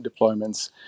deployments